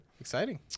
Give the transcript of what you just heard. Exciting